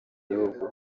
gihugu